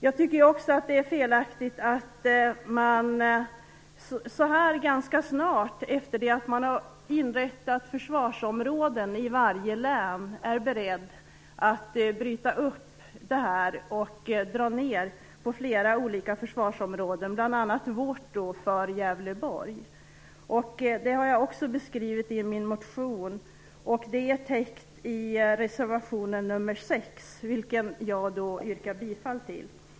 Jag tycker också att det är fel att man så snart efter det att man har inrättat försvarsområden i varje län är beredd att bryta upp detta och dra ned på olika försvarsområden, bl.a. på Gävleborg. Detta har jag också beskrivit i min motion som täcks av reservation nr 6, vilken jag yrkar bifall till.